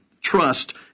trust